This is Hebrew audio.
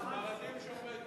ספרדים שומרי תורה.